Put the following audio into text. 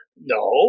No